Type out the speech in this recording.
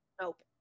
Nope